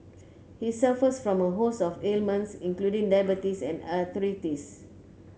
he suffers from a host of ailments including diabetes and arthritis